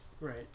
Right